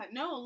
no